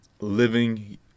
living